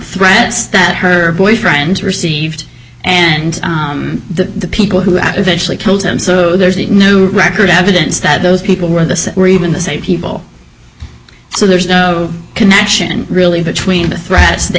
threats that her boyfriend received and the people who eventually killed him so there's a record evidence that those people were were even the same people so there's no connection really between the threats that